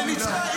-- וניצחה.